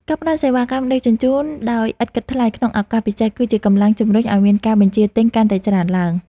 ការផ្ដល់សេវាកម្មដឹកជញ្ជូនដោយឥតគិតថ្លៃក្នុងឱកាសពិសេស គឺជាកម្លាំងជម្រុញឱ្យមានការបញ្ជាទិញកាន់តែច្រើនឡើង។